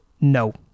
No